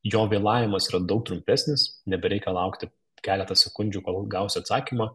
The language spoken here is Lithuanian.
jo vėlavimas yra daug trumpesnis nebereikia laukti keletą sekundžių kol gausi atsakymą